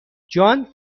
جان